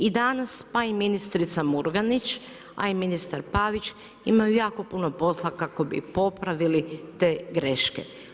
I danas pa i ministrica Murganić, a i ministar Pavić imaju jako puno posla kako bi popravili te greške.